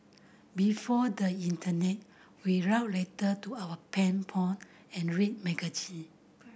before the internet we wrote letter to our pen pal and read magazine